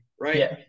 right